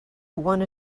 one